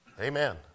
Amen